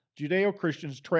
Judeo-Christians